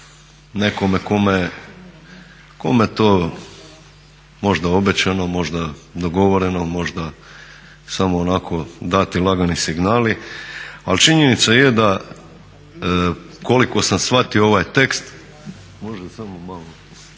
nekome kome je to možda obećano, možda dogovoreno, možda samo onako dati lagani signali. Ali činjenica je da koliko sam shvatio ovaj tekst u uvodnom